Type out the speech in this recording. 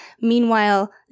meanwhile